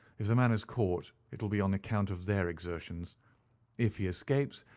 if the man is caught, it will be on account of their exertions if he escapes,